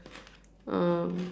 um